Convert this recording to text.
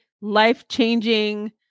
life-changing